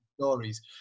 stories